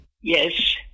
Yes